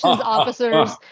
officers